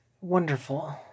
Wonderful